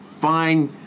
fine